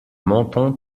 menton